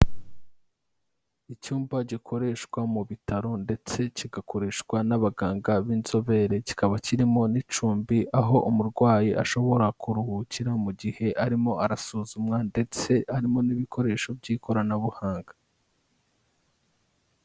Icyumba gikoreshwa mu bitaro ndetse kigakoreshwa n'abaganga b'inzobere, kikaba kirimo n'icumbi aho umurwayi ashobora kuruhukira mu gihe arimo arasuzumwa ndetse harimo n'ibikoresho by'ikoranabuhanga.